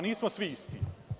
Nismo svi isti.